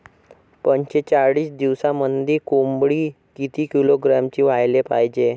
पंचेचाळीस दिवसामंदी कोंबडी किती किलोग्रॅमची व्हायले पाहीजे?